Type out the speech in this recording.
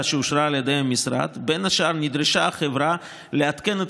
שאושר על ידי המשרד נדרשה החברה בין השאר לעדכן את